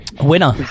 winner